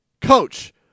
coach